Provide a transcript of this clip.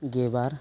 ᱜᱮ ᱵᱟᱨ